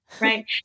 Right